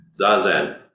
Zazen